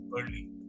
early